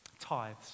tithes